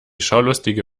schaulustige